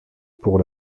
pour